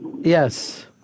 Yes